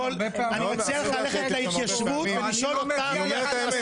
אני מציע לך ללכת להתיישבות ולשאול אותם --- אני אומר את האמת.